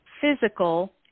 physical